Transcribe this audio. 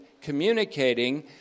communicating